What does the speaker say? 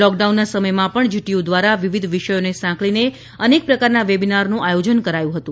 લોકડાઉનના સમયમાં પણ જીટીયુ દ્વારા વિવિધ વિષયોને સાંકળીને અનેક પ્રકારના વેબિનારનું આયોજન કરાયું હતું